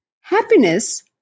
Happiness